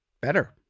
better